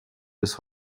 bis